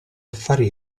affari